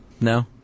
No